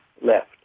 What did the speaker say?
left